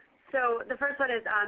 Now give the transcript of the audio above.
so the first one is,